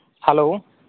hello